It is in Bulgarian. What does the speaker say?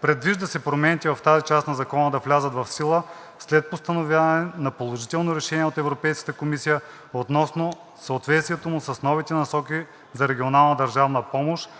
Предвижда се промените в тази част на Закона да влязат в сила след постановяване на положително решение от Европейската комисия относно съответствието му с новите насоки за регионална държавна помощ.